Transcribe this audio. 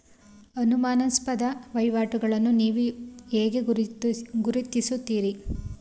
ಅನುಮಾನಾಸ್ಪದ ವಹಿವಾಟುಗಳನ್ನು ನೀವು ಹೇಗೆ ಗುರುತಿಸುತ್ತೀರಿ?